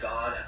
God